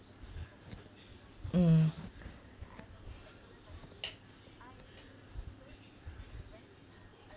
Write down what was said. mm